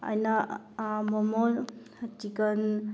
ꯑꯩꯅ ꯃꯣꯃꯣ ꯆꯤꯀꯟ